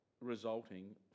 resulting